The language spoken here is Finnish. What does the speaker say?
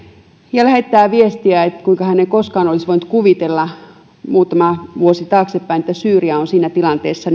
ja lähettää viestiä kuinka hän ei koskaan olisi voinut kuvitella muutama vuosi taaksepäin että syyria on siinä tilanteessa